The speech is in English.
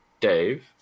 dave